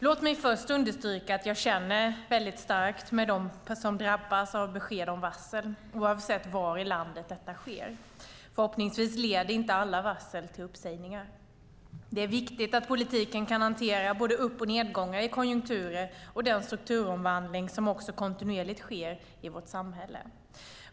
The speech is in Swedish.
Låt mig först understryka att jag känner väldigt starkt med alla dem som drabbas av besked om varsel, oavsett var i landet det sker. Förhoppningsvis leder inte alla varsel till uppsägningar. Det är viktigt att politiken kan hantera både upp och nedgångar i konjunkturer och den strukturomvandling som också kontinuerligt sker i vårt samhälle.